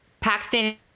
Paxton